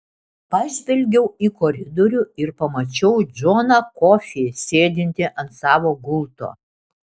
pažvelgiau į koridorių ir pamačiau džoną kofį sėdintį ant savo gulto